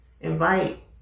invite